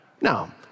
Now